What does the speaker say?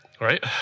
right